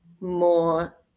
more